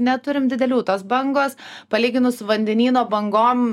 neturim didelių tos bangos palyginus vandenyno bangom